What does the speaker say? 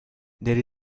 there